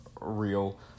real